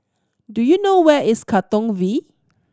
do you know where is Katong V